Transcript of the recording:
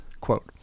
Quote